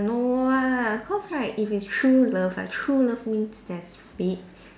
no lah cause right if it's true love ah true love means there's fate